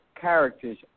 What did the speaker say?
characters